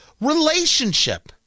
relationship